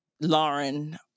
lauren